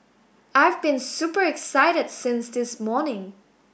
I've been super excited since this morning